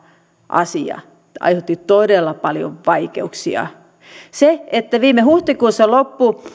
asia aiheutti todella paljon vaikeuksia viime huhtikuussa loppui